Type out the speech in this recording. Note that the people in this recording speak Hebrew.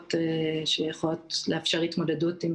רזרבות שיכולות לאפשר התמודדות עם